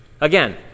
Again